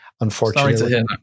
unfortunately